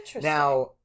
now